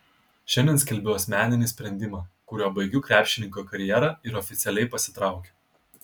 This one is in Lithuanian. šiandien skelbiu asmeninį sprendimą kuriuo baigiu krepšininko karjerą ir oficialiai pasitraukiu